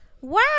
Wow